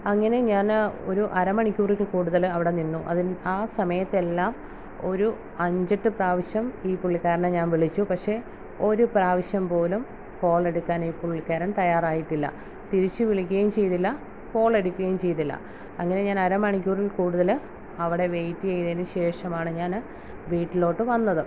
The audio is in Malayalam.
അങ്ങനെ ഞാൻ ഒരു അര മണിക്കൂറിൽ കൂടുതൽ അവിടെ നിന്നു അതി ആ സമയത്തെല്ലാം ഒരു അഞ്ചെട്ടു പ്രാവശ്യം ഈ പുള്ളിക്കാരനെ ഞാൻ വിളിച്ചു പക്ഷേ ഒരു പ്രാവശ്യം പോലും കോളെടുക്കാൻ ഈ പുള്ളിക്കാരൻ തയ്യാറായിട്ടില്ല തിരിച്ചു വിളിക്കുകയും ചെയ്തില്ല കോൾ എടുക്കുകയും ചെയ്തില്ല അങ്ങനെ ഞാൻ അരമണിക്കൂറിൽ കൂടുതൽ അവിടെ വെയിറ്റ് ചെയ്തതിന് ശേഷമാണ് ഞാൻ വീട്ടിലോട്ട് വന്നത്